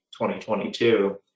2022